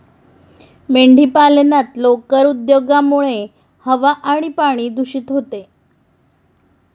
मेंढीपालनात लोकर उद्योगामुळे हवा आणि पाणी दूषित होते